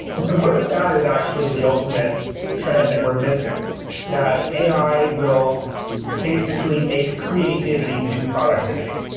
and so what if that is actually the ultimate trend that we're missing that ai will basically make creativity the new productivity?